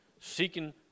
seeking